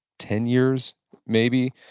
ten years maybe?